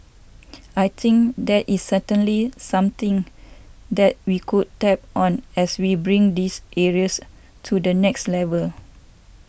I think that is certainly something that we could tap on as we bring these areas to the next level